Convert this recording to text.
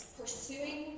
pursuing